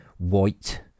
white